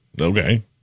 Okay